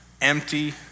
empty